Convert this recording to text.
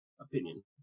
opinion